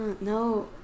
no